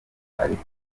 ariko